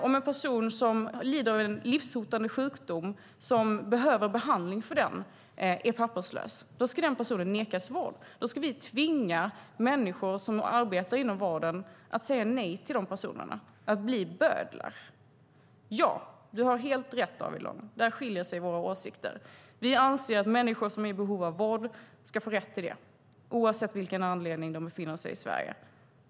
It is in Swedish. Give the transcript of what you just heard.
Om en person som lider av en livshotande sjukdom och som behöver behandling för den är papperslös ska den personen nekas vård. Då ska vi tvinga människor som arbetar inom vården att säga nej till de personerna, att bli bödlar. Ja, du har helt rätt, David Lång, att där skiljer sig våra åsikter. Vi anser att människor som är i behov av vård ska få rätt till det, oavsett av vilken anledning de befinner sig i Sverige.